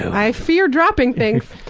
i fear dropping things.